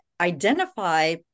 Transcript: identify